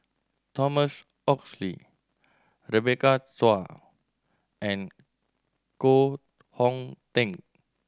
Thomas Oxley Rebecca Chua and Koh Hong Teng